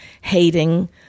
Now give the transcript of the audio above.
hating